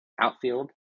outfield